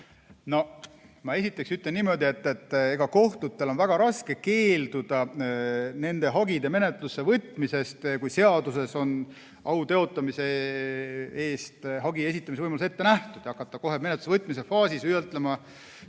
Ma esiteks ütlen niimoodi, et kohtutel on väga raske keelduda nende hagide menetlusse võtmisest, kui seaduses on au teotamise pärast hagi esitamise võimalus ette nähtud. Kui hakata kohe menetlusse võtmise faasis ütlema